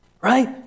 Right